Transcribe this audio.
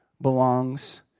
belongs